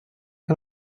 que